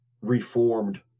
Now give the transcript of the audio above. reformed